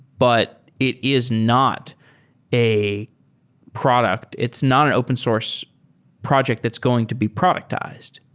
but it is not a product. it's not an open source project that's going to be productized.